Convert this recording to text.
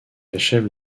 achève